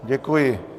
Děkuji.